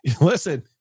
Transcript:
Listen